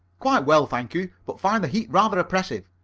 quite well, thank you, but find the heat rather oppressive.